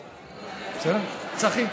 צחי,